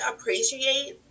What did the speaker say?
appreciate